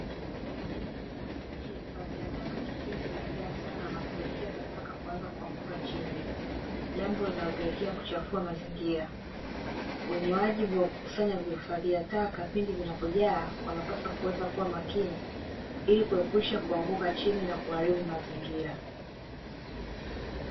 Kihifadhia taka kikiwa kimejaa sana na kupelekea takataka kuanza kuanguka chini. Jambo linalopelekea kuchafua mazingira. Wenye wajibu wa kukusanya vifaa vya taka pindi vinapojaa wanapaswa kuweza kuwa makini ilikuepusha kuanguka chini na kuharibu mazingira.